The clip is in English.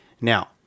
Now